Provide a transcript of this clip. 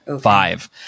five